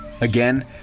Again